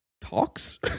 talks